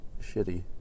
shitty